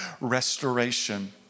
restoration